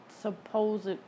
supposed